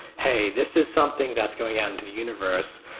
hey, this is something that's going out into the universe.